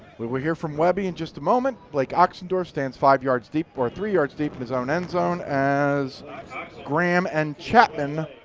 we will hear from weppy in just a moment. blake ochsendorf stands five yards deep, or three yards deep in his own end zone as graham and chapman.